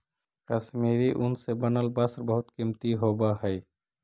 कश्मीरी ऊन से बनल वस्त्र बहुत कीमती होवऽ हइ